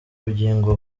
bugingo